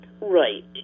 Right